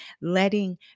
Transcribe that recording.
letting